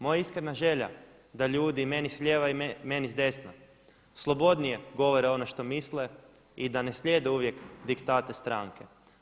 Moja iskrena želja da ljudi meni s lijeva, i meni s desna slobodnije govore ono što misle i da ne slijede uvijek diktate stranke.